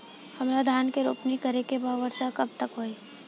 हमरा धान के रोपनी करे के बा वर्षा कब तक होई?